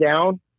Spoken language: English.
down